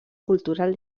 cultural